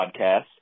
podcast